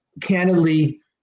candidly